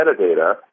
Metadata